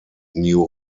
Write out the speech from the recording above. new